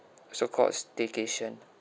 so called a staycation